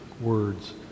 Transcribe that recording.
words